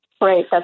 right